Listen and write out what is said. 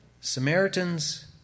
Samaritans